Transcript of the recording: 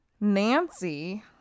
Nancy